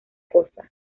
cosa